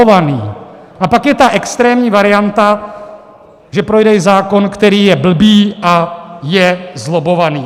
A pak je ta extrémní varianta, že projde i zákon, který je blbý a je zlobbovaný.